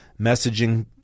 messaging